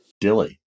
Dilly